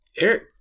Eric